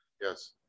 Yes